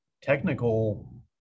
technical